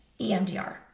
EMDR